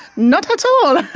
not at all!